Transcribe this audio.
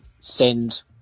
send